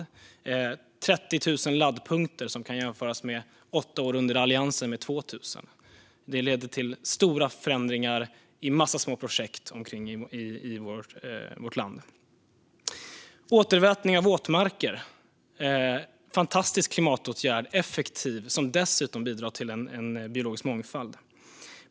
Det är 30 000 laddpunkter, något som kan jämföras med 2 000 under Alliansens åtta år. Det leder till stora förändringar i en massa små projekt runt omkring i vårt land. Återvattning av våtmarker är en fantastisk klimatåtgärd som är effektiv och som dessutom bidrar till en biologisk mångfald.